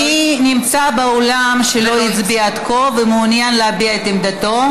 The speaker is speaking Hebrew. מי נמצא באולם שלא הצביע עד כה ומעוניין להביע את עמדתו?